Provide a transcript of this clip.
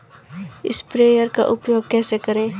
Sprayer का उपयोग कैसे करें?